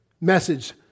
message